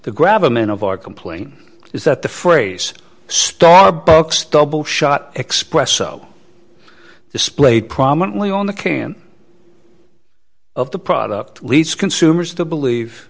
the grab i'm in of are complaining is that the phrase starbucks double shot espresso displayed prominently on the can of the product leads consumers to believe